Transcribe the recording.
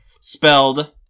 spelled